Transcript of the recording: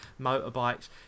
motorbikes